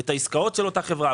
את העסקאות של אותה חברה,